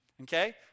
okay